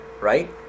right